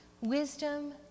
Wisdom